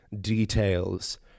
details